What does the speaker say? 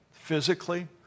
physically